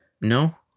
No